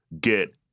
get